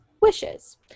wishes